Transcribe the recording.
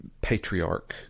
patriarch